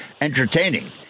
entertaining